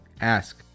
ask